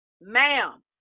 Ma'am